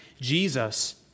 Jesus